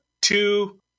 two